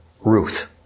Ruth